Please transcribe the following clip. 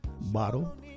Bottle